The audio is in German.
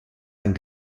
ein